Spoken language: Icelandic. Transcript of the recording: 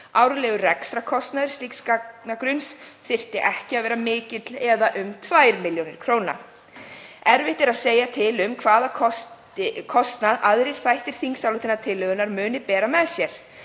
Árlegur rekstrarkostnaður slíks gagnagrunns þyrfti ekki að vera mikill, eða um 2 millj. kr. Erfitt er að segja til um hvaða kostnað aðrir þættir þingsályktunartillögunnar munu bera með sér,